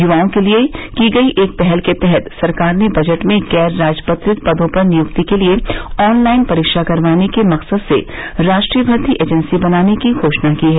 युवाओं के लिए की गई एक पहल के तहत सरकार ने बजट में गैर राजपत्रित पदों पर नियुक्ति के लिए ऑनलाइन परीक्षा करवाने के मकसद से राष्ट्रीय भर्ती एजेंसी बनाने की घोषणा की है